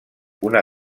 una